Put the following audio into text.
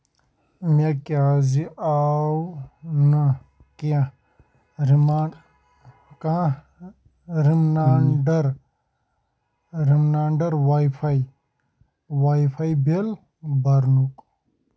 مےٚ کیٛازِِ آو نہٕ کیٚنٛہہ رمانڈ کانٛہہ reminder reminder wifi wifi bill برنُک